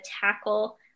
tackle